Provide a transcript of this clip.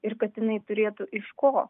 ir kad jinai turėtų iš ko